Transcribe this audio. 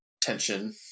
tension